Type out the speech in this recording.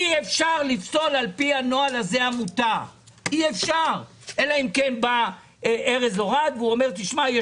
אי-אשפר לפסול עמותות על פי הנוהל הזה אלא אם כן בא ארז אורעד ואומר שיש